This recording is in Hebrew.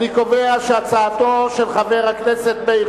אני קובע שהצעתו של חבר הכנסת מאיר